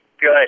Good